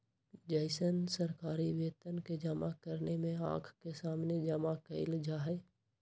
जैसन सरकारी वेतन के जमा करने में आँख के सामने जमा कइल जाहई